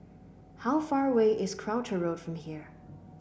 how far away is Croucher Road from here